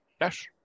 yes